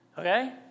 Okay